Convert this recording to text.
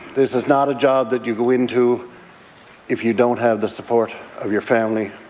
this is not a job that you go into if you don't have the support of your family.